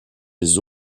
les